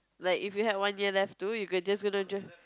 like if you had one year left too you could just gonna drive